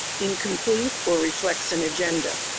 incomplete, or reflects an agenda.